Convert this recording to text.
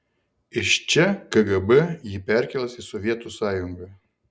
iš čia kgb jį perkels į sovietų sąjungą